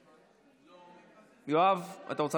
מוותר.